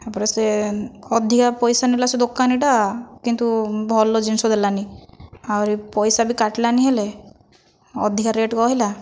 ତା'ପରେ ସେ ଅଧିକ ପଇସା ନେଲା ସେ ଦୋକାନୀଟା କିନ୍ତୁ ଭଲ ଜିନିଷ ଦେଲାନି ଆହୁରି ପଇସା ବି କାଟିଲାନି ହେଲେ ଅଧିକ ରେଟ୍ କହିଲା